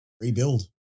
rebuild